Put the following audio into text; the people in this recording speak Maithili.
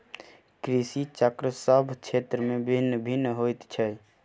कृषि चक्र सभ क्षेत्र मे भिन्न भिन्न होइत छै